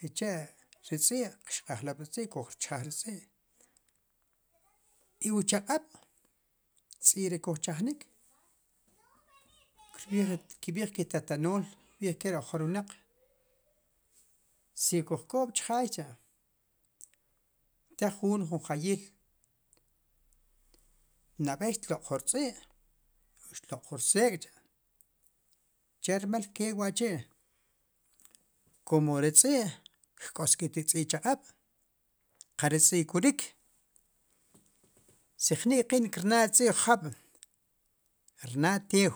sicha' ri tz'i' qxqajlab' ri tz'i' kuj rchjaj ri tz'i' i wu chaqab' tz'i' re' koj chajnik krb'iij kb'iij ke tatanol kb'ij ke ri ojor wnaq si kujk'ob' chjaay cha' te jun junjayi'l nab'ey xtloq' ju rtz'i' xloq' ju rtzek' che rmal ke wa' chi' kumo ri tz'i' kk'osk'it ri tz'i' chaqab' qa ri tz'i' kwrik si jnik' qi'n krna' tz'i' jab' krna' tew